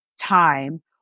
time